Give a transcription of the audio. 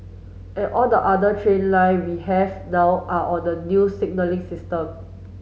and all the other train line we have now are on the new signalling system